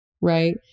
right